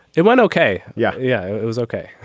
it went ok. yeah yeah it was ok.